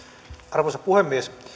arvoisa puhemies